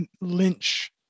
Lynch